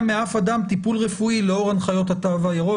מאף אדם טיפול רפואי לאור הנחיות התו הירוק.